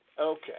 Okay